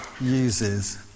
uses